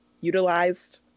utilized